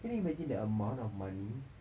can you imagine the amount of money